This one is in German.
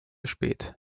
spät